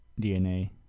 DNA